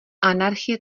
anarchie